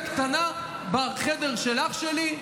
הייתה טלוויזיה קטנה בחדר של אח שלי,